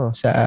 sa